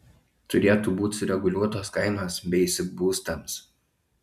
turėtų būt sureguliuotos kainos beisik būstams